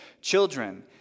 Children